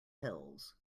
pills